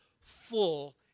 full